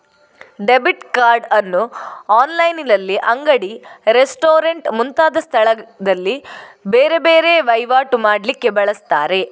debit card ಅನ್ನು ಆನ್ಲೈನಿನಲ್ಲಿ, ಅಂಗಡಿ, ರೆಸ್ಟೋರೆಂಟ್ ಮುಂತಾದ ಸ್ಥಳದಲ್ಲಿ ಬೇರೆ ಬೇರೆ ವೈವಾಟು ಮಾಡ್ಲಿಕ್ಕೆ ಬಳಸ್ತಾರೆ